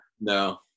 No